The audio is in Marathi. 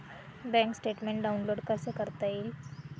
बँक स्टेटमेन्ट डाउनलोड कसे करता येईल?